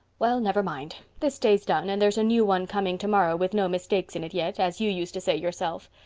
well, never mind. this day's done and there's a new one coming tomorrow, with no mistakes in it yet, as you used to say yourself.